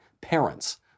parents